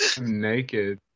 naked